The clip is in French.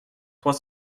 trois